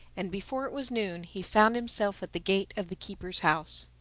and before it was noon he found himself at the gate of the keeper's house.